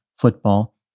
football